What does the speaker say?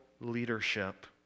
leadership